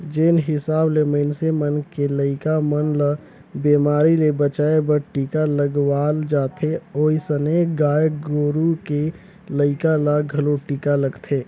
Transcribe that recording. जेन हिसाब ले मनइसे मन के लइका मन ल बेमारी ले बचाय बर टीका लगवाल जाथे ओइसने गाय गोरु के लइका ल घलो टीका लगथे